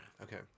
okay